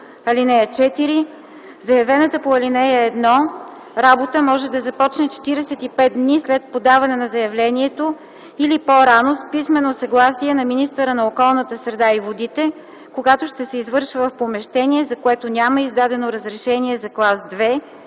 (4) Заявената по ал. 1 работа може да започне 45 дни след подаване на заявлението или по-рано с писмено съгласие на министъра на околната среда и водите, когато ще се извършва в помещение, за което няма издадено разрешение за клас 2